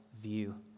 view